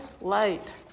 light